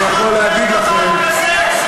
אבל זה, שר ביטחון אומר דבר כזה?